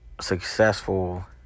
successful